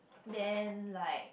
then like